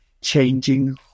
changing